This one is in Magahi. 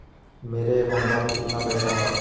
मेरा अकाउंटस में कितना पैसा हउ?